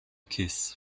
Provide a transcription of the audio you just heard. kiss